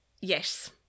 Yes